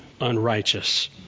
unrighteous